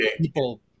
people-